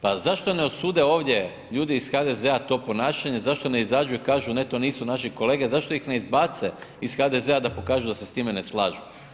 Pa zašto ne osude ovdje, ljudi iz HDZ-a to ponašanje, zašto ne izađu i kažu ne, to nisu naši kolege, zašto ih ne izbace iz HDZ-a da pokažu da se s time ne slažu?